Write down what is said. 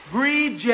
Breathe